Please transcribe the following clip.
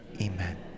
Amen